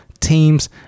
teams